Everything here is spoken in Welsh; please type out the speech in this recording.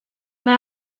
mae